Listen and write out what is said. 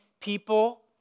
people